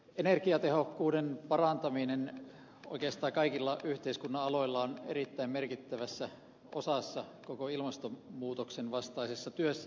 energiatehokkuuden parantaminen oikeastaan kaikilla yhteiskunnan aloilla on erittäin merkittävässä osassa koko ilmastonmuutoksenvastaisessa työssä